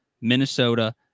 minnesota